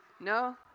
No